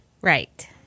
Right